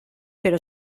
pero